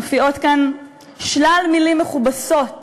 מופיעות כאן שלל מילים מכובסות